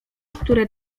które